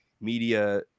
media